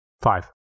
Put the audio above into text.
Five